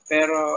Pero